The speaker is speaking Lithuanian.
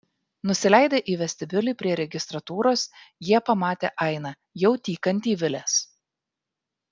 nusileidę į vestibiulį prie registratūros jie pamatė ainą jau tykantį vilės